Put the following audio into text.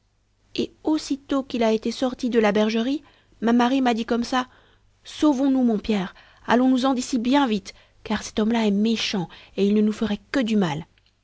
et aussitôt qu'il a été sorti de la bergerie ma marie m'a dit comme ça sauvons-nous mon pierre allons-nous-en d'ici bien vite car cet homme-là est méchant et il ne nous ferait que du mal